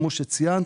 כמו שאמרת,